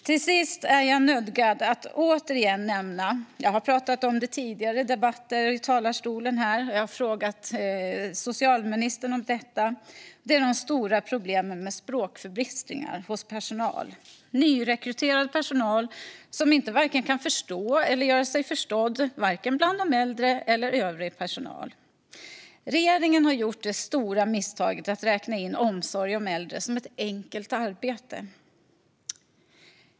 Till sist är jag nödgad att återigen nämna - jag har pratat om det i tidigare debatter här i talarstolen och frågat socialministern om det - de stora problemen med språkförbistring hos personal, nyrekryterad personal som inte kan vare sig förstå de äldre och övrig personal eller göra sig förstådd bland dem. Regeringen har gjort det stora misstaget att räkna omsorg om äldre som ett "enkelt arbete".